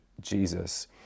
Jesus